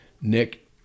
nick